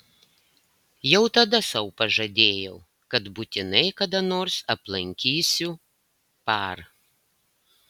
jau tada sau pažadėjau kad būtinai kada nors aplankysiu par